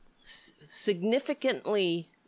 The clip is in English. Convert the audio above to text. significantly